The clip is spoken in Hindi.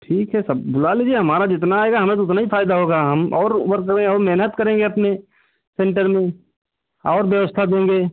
ठीक है सब बुला लीजिए हमारा जितना आएगा हमें तो उतना ही फ़ायदा होगा हम और वर्क करें और मेहनत करेंगे अपने सेन्टर में और व्यवस्था देंगे